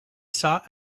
sought